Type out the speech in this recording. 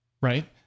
Right